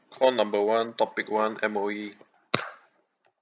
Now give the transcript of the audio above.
call number one topic one M_O_E